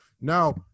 Now